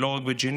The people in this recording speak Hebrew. ולא רק בג'נין,